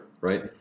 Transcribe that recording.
right